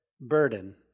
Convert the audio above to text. Burden